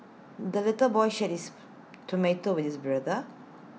the little boy shared his tomato with his brother